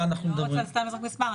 אני לא רוצה סתם לזרוק מספר.